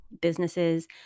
businesses